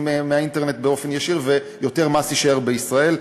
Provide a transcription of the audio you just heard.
באופן ישיר ויותר מס יישאר בישראל.